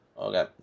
Okay